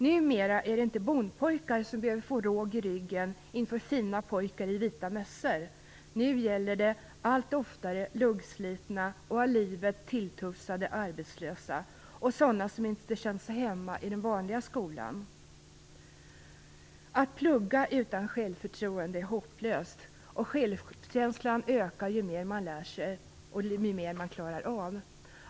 Numera är det inte bondpojkar som behöver få råg i ryggen inför fina pojkar i vita mössor; nu gäller det allt oftare luggslitna och av livet tilltufsade arbetslösa och sådana som inte känt sig hemma i den vanliga skolan. Att plugga utan självförtroende är hopplöst. Och självkänslan ökar ju mer man lär sig och ser att man klarar av.